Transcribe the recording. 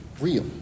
real